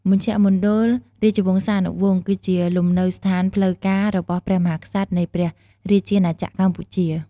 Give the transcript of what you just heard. មជ្ឈមណ្ឌលរាជវង្សានុវង្ស គឺជាលំនៅឋានផ្លូវការរបស់ព្រះមហាក្សត្រនៃព្រះរាជាណាចក្រកម្ពុជា។